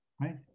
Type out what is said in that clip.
Right